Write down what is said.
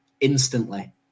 instantly